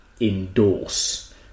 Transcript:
endorse